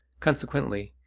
consequently,